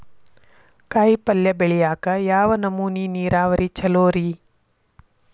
ಕಾಯಿಪಲ್ಯ ಬೆಳಿಯಾಕ ಯಾವ ನಮೂನಿ ನೇರಾವರಿ ಛಲೋ ರಿ?